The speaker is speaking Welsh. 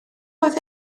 oedd